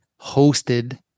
hosted